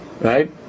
right